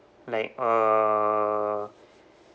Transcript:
like uh